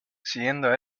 siguiendo